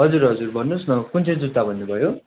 हजुर हजुर भन्नुहोस् न कुन चाहिँ जुत्ता भन्नु भयो